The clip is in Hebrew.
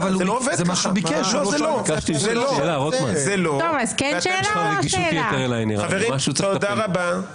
שאלה, ארבע זה